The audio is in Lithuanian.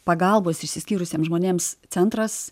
pagalbos išsiskyrusiem žmonėms centras